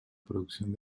producción